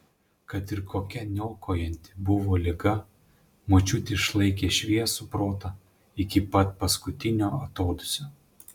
kad ir kokia niokojanti buvo liga močiutė išlaikė šviesų protą iki pat paskutinio atodūsio